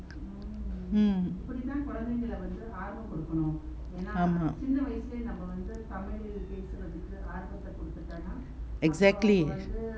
mm ஆமா:ama exactly